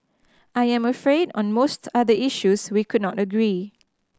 I am afraid on most other issues we could not agree